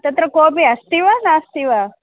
तत्र कोपि अस्ति वा नास्ति वा